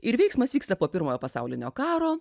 ir veiksmas vyksta po pirmojo pasaulinio karo